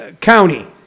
county